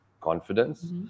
confidence